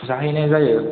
जाहैनाय जायो